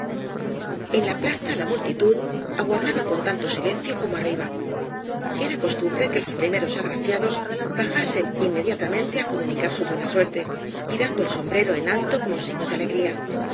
en la plaza la multitud aguardaba con tanto silencio como arriba era costumbre que los primeros agraciados bajasen inmediatamente á comunicar su buena suerte tirando el sombrero en alto como signo de alegría